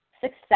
success